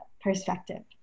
perspective